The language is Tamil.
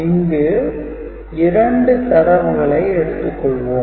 இங்கு இரண்டு தரவுகளை எடுத்துக் கொள்வோம்